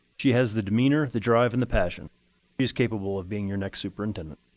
she has the demeanor, the drive, and the passion. she is capable of being your next superintendent.